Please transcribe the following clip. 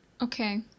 Okay